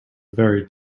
very